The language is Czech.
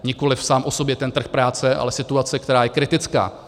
Nikoliv sám o sobě ten trh práce, ale situace, která je kritická.